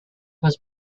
was